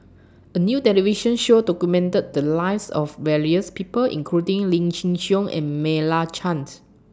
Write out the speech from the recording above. A New television Show documented The Lives of various People including Lim Chin Siong and Meira Chands